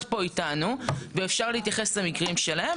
פה איתנו ואפשר להתייחס למקרים שלהם,